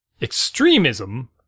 extremism